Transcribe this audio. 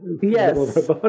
yes